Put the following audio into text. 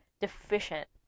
deficient